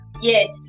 yes